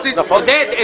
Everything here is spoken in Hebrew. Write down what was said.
פתרון.